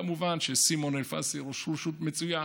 כמובן שסימון אלפסי הוא ראש רשות מצוין,